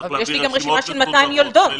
צריך להעביר רשימות מסודרות,